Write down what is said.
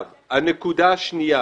הנקודה השנייה